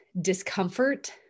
discomfort